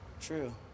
true